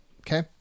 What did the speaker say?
Okay